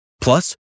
Plus